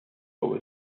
low